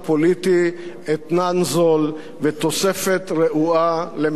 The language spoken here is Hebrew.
אתנן זול ותוספת רעועה לממשלתו המנופחת.